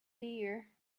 dear